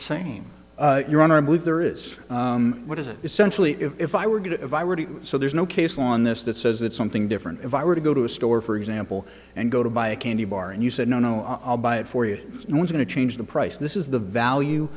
same your honor i believe there is what is it essentially if i were going to if i were to so there's no case law on this that says it's something different if i were to go to a store for example and go to buy a candy bar and you said no no i'll buy it for you know i'm going to change the price this is the value